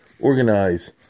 organize